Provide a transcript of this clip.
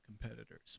competitors